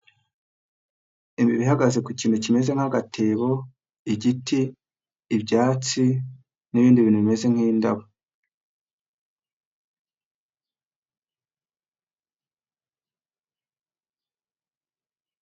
Imbeba ihagaze ku kintu kimeze nk'agatebo, igiti, ibyatsi n'ibindi bintu bimeze nk'indabo.